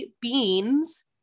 beans